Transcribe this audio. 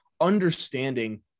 understanding